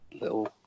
little